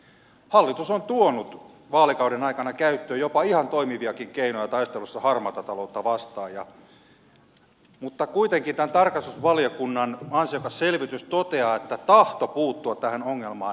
hallitus on tuonut vaalikauden aikana käyttöön jopa ihan toimiviakin keinoja taistelussa harmaata taloutta vastaan mutta kuitenkin tämän tarkastusvaliokunnan ansiokas selvitys toteaa että tahto puuttua tähän ongelmaan perinpohjaisesti on uupunut